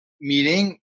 meeting